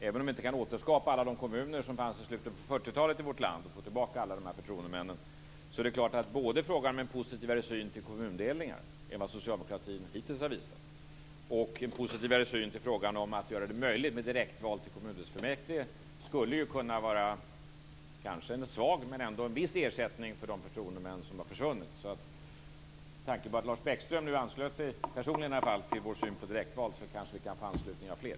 Även om vi inte kan återskapa alla de kommuner och alla de förtroendemän som fanns i början på 40-talet i vårt land, är det klart att både en positivare syn på kommundelningar än den som socialdemokraterna hittills har visat och en positivare syn på frågan om att göra det möjligt med direktval till kommundelsfullmäktige skulle kunna vara kanske en svag men ändå en viss ersättning för de förtroendemän som har försvunnit. Med tanke på att Lars Bäckström, i alla all personligen, anslöt sig till vår syn på direktval, kanske vi kan få anslutning av fler.